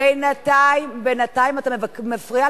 בינתיים אתה מפריע,